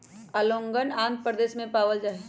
ओंगोलवन आंध्र प्रदेश में पावल जाहई